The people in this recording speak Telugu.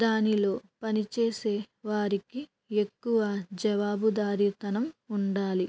దానిలో పనిచేసే వారికి ఎక్కువ జవాబుదారీతనం ఉండాలి